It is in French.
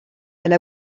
elle